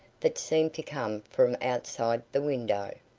that seemed to come from outside the window.